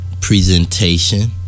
Presentation